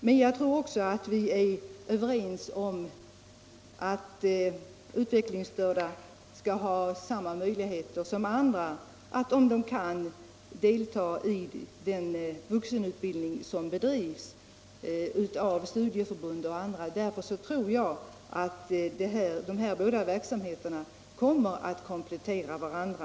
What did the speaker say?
Men jag tror också att vi är överens om att utvecklingsstörda skall ha samma möjligheter som andra att, om de kan, delta i den vuxenutbildning som bedrivs av studieförbund o. d. Därför tror jag att dessa båda verksamheter kommer att komplettera varandra.